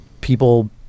people